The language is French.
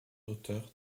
auteurs